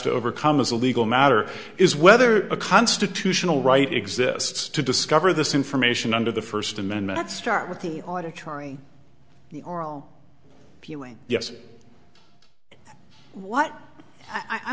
to overcome as a legal matter is whether a constitutional right exists to discover this information under the first amendment and start with the auditory viewing yes what i